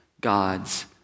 God's